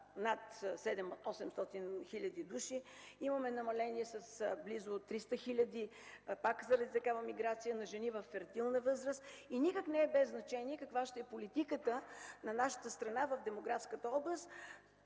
над 7-800 хиляди души. Имаме намаление с близо 300 хиляди пак заради такава миграция на жени във фертилна възраст и никак не е без значение каква ще е политиката на нашата страна в демографската област.